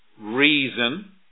reason